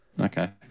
Okay